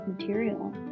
material